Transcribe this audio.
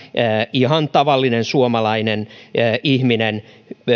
ihan tavallinen suomalainen ihminen